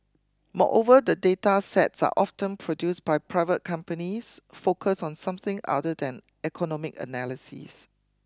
moreover the data sets are often produced by private companies focused on something other than economic analysis